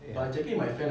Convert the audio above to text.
yup